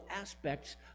aspects